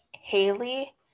Haley